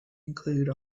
include